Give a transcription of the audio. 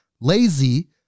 lazy